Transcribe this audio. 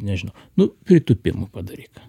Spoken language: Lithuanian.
nežinau nu pritūpimų padaryk